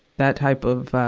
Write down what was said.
that type of, ah,